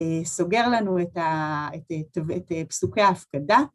‫סוגר לנו את פסוקי ההפקדה.